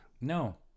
No